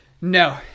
No